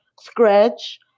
scratch